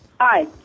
Hi